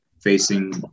facing